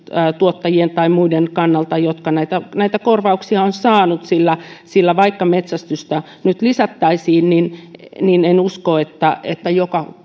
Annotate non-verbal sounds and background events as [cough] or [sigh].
tuottajien tai muiden kannalta jotka näitä näitä korvauksia ovat saaneet sillä vaikka metsästystä nyt lisättäisiin niin niin en usko että että joka [unintelligible]